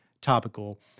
topical